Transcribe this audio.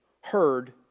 heard